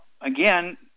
again